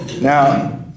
Now